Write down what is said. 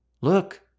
Look